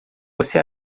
você